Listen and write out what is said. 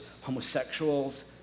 homosexuals